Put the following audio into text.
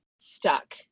Stuck